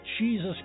Jesus